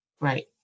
right